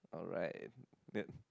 alright then